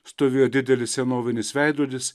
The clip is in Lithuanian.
stovėjo didelis senovinis veidrodis